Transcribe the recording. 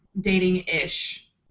dating-ish